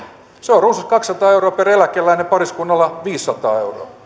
se on runsas kaksisataa euroa per eläkeläinen pariskunnalla viisisataa